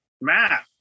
matt